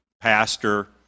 pastor